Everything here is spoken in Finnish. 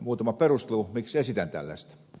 muutama perustelu miksi esitän tällaista